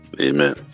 Amen